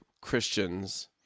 Christians